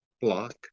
block